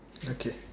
okay